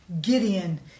Gideon